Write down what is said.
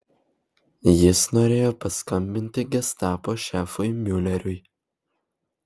jis norėjo paskambinti gestapo šefui miuleriui